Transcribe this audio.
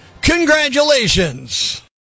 Congratulations